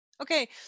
Okay